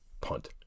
Punt